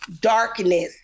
darkness